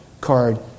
card